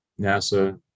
NASA